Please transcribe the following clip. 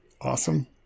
awesome